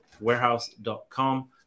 warehouse.com